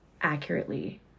accurately